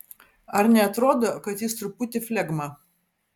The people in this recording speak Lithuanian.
ar neatrodo kad jis truputį flegma